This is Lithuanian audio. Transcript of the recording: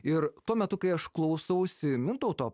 ir tuo metu kai aš klausausi mintauto